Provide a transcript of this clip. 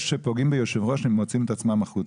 ברגע שפוגעים ביושב-ראש הם מוציאים את עצמם החוצה.